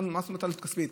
מה זאת אומרת עלות כספית?